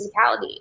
physicality